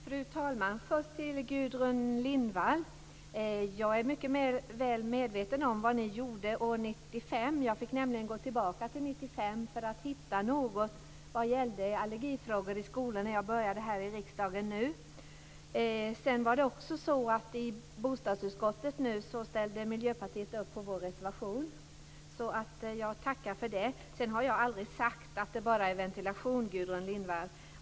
Fru talman! Först vill jag säga till Gudrun Lindvall att jag är mycket väl medveten om vad ni gjorde år 1995. Jag fick nämligen gå tillbaka till 1995 för att hitta något material om allergifrågor i skolan när jag började här i riksdagen i höstas. Miljöpartiet ställde också upp på vår reservation i bostadsutskottet. Jag tackar för det. Jag har aldrig sagt att ventilationen är det enda viktiga.